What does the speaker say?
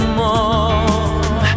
more